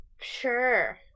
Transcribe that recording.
Sure